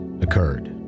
occurred